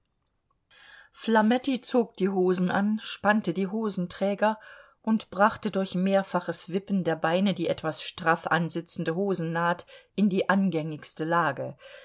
flametti zog die hosen an spannte die hosenträger und brachte durch mehrfaches wippen der beine die etwas straff ansitzende hosennaht in die angängigste lage